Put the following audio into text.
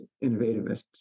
Innovative